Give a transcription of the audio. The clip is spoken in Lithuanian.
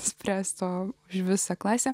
spręsti o už visą klasę